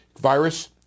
virus